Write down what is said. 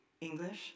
English